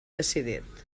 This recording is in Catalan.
decidit